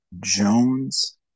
Jones